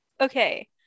Okay